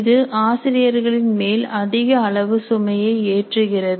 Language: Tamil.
இது ஆசிரியர்களின் மேல் அதிக அளவு சுமையை ஏற்றுகிறது